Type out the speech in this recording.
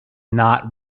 not